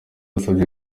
yasabye